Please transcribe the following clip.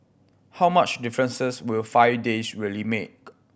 how much difference will five days really make